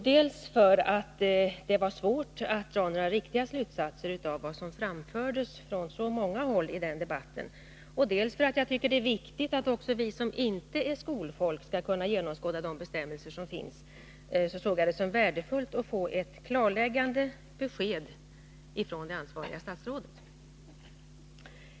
Dels för att det var svårt att dra några riktiga slutsatser av vad som framfördes från så många håll i debatten, dels för att jag tycker att det är viktigt att också vi som inte är skolfolk skall kunna genomskåda de bestämmelser som finns, såg jag det som värdefullt att få ett klarläggande besked från det ansvariga statsrådet.